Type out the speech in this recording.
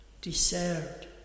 deserved